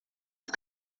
que